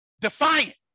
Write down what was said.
Defiant